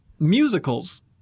Musicals